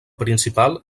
principal